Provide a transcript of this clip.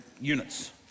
Units